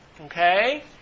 okay